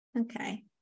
Okay